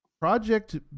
Project